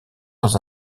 dans